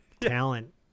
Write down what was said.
talent